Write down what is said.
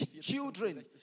children